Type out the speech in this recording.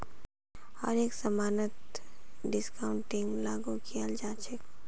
हर एक समानत डिस्काउंटिंगक लागू कियाल जा छ